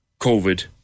COVID